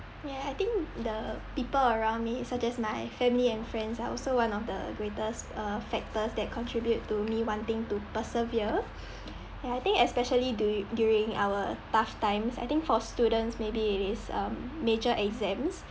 yeah I think the people around me such as my family and friends are also one of the greatest uh factors that contribute to me wanting to persevere and I think especially during during our tough times I think for students maybe it is uh major exams